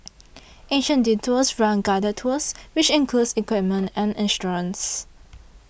Asian Detours runs guided tours which includes equipment and insurance